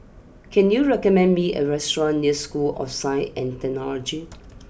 can you recommend me a restaurant near School of Science and Technology